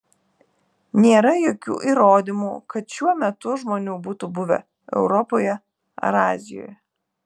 nėra jokių įrodymų kad šiuo metu žmonių būtų buvę europoje ar azijoje